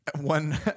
one